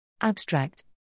Abstract